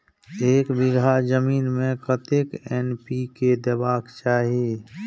एक बिघा जमीन में कतेक एन.पी.के देबाक चाही?